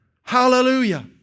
Hallelujah